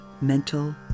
mental